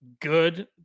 good